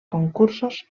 concursos